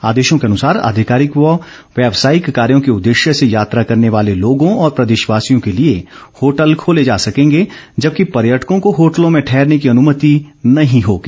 आदेशों के अनुसार आधिकारिक व व्यवसायिक कार्यों के उद्देश्य से यात्रा करने वाले लोगों और प्रदेशवासियों के लिए होटल खोले जा सकेंगे जबकि पर्यटकों को होटलों में ठहरने की अनुमति नहीं होगी